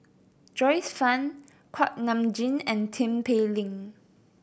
Joyce Fan Kuak Nam Jin and Tin Pei Ling